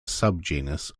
subgenus